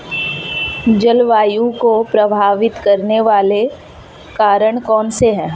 जलवायु को प्रभावित करने वाले कारक कौनसे हैं?